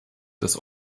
des